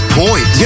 point